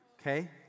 Okay